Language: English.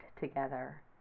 together